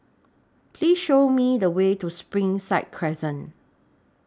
Please Show Me The Way to Springside Crescent